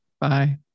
bye